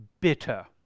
bitter